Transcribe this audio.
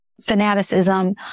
fanaticism